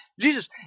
Jesus